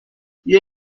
بیا